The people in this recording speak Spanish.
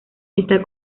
está